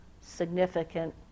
significant